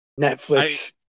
Netflix